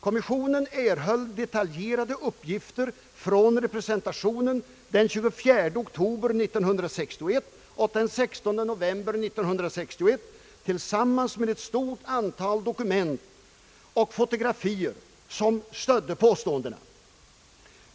Kommissionen erhöll detaljerade uppgifter från representationen den 24 oktober 1961 och 16 november 1961 tillsammans med ett stort antal dokument och fotografier som stödde påståendena.